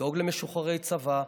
לדאוג למשוחררי צבא,